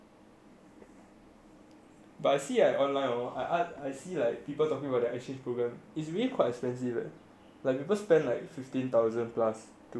but I see at online though I see like people talking about the exchange program it's really quite expensive eh like people spend like fifteen thousand plus to go overseas